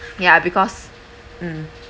ya because mm